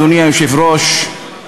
אדוני היושב-ראש,